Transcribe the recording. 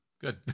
good